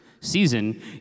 season